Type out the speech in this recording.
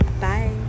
bye